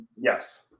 Yes